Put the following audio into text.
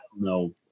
no